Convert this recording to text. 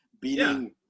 beating